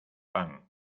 pan